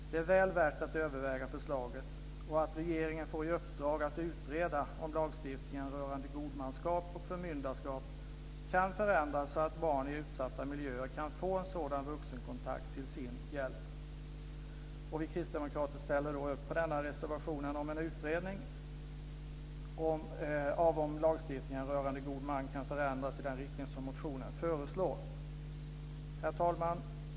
Det är väl värt att överväga förslaget och att ge regeringen i uppdrag att utreda om lagstiftningen rörande godmanskap och förmyndarskap kan förändras så att barn i utsatta miljöer kan få en sådan vuxenkontakt till sin hjälp. Vi kristdemokrater ställer oss bakom reservationen om en utredning av om lagstiftningen rörande god man kan förändras i den riktning som föreslås i motionen. Herr talman!